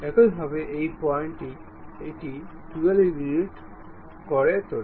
একইভাবে এই পয়েন্টটি এটি 12 ইউনিট করে তোলে